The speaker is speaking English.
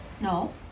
No